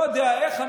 לא יודע איך,